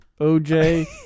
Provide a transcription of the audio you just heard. OJ